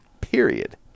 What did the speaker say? period